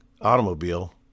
automobile